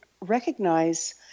recognize